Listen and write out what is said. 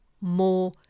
more